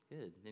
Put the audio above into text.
Good